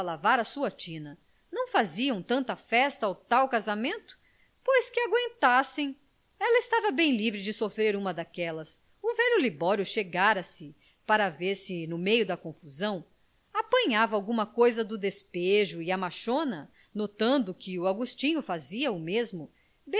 à sua tina não faziam tanta festa ao tal casamento pois que agüentassem ela estava bem livre de sofrer uma daquelas o velho libório chegara se para ver se no meio da confusão apanhava alguma coisa do despejo e a machona notando que o agostinho fazia o mesmo